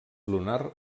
lunar